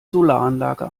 solaranlage